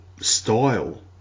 style